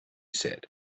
said